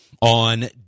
on